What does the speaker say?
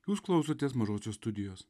jūs klausotės mažosios studijos